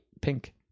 pink